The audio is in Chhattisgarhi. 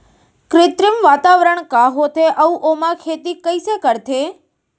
कृत्रिम वातावरण का होथे, अऊ ओमा खेती कइसे करथे?